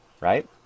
right